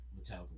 metallica